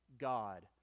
God